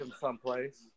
someplace